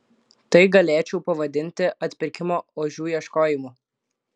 tai galėčiau pavadinti atpirkimo ožių ieškojimu